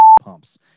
pumps